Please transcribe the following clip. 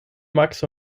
max